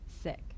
sick